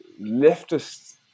leftist